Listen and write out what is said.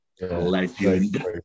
Legend